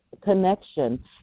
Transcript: connection